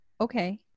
okay